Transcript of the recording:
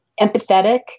empathetic